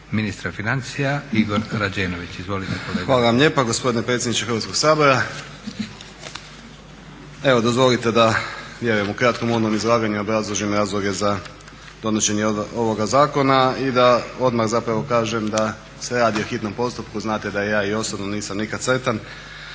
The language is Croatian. ministra financija Igor Rađenović. Izvolite. **Rađenović, Igor (SDP)** Hvala lijepo gospodine predsjedniče Hrvatskog sabora. Evo dozvolite vjerujem u kratkom uvodnom izlaganju obrazložim razloge za donošenje ovoga zakona i da odmah kažem da se radi o hitnom postupku. znate da ja i osobno nisam nikad sretan